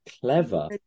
Clever